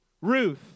Ruth